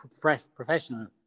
professional